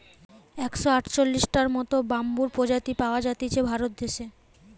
একশ আটচল্লিশটার মত বাম্বুর প্রজাতি পাওয়া জাতিছে ভারত দেশে